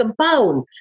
compound